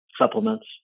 supplements